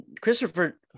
Christopher